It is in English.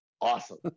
awesome